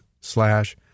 slash